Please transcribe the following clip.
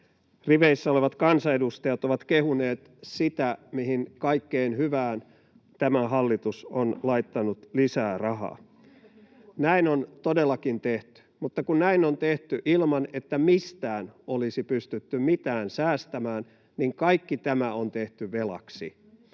riveissä olevat kansanedustajat ovat kehuneet sitä, mihin kaikkeen hyvään tämä hallitus on laittanut lisää rahaa. [Maria Guzenina: On syytäkin kehua!] Näin on todellakin tehty, mutta kun näin on tehty ilman, että mistään olisi pystytty mitään säästämään, niin kaikki tämä on tehty velaksi.